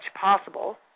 possible